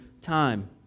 time